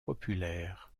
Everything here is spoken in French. populaire